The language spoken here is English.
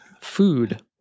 food